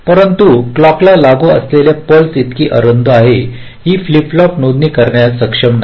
परंतु क्लॉक ला लागू असलेली पल्स इतकी अरुंद आहे की फ्लिप फ्लॉप नोंदणी करण्यास सक्षम नाही